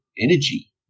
energy